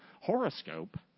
horoscope